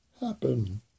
happen